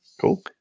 Cool